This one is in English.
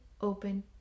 open